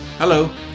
Hello